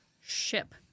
ship